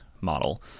model